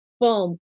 Boom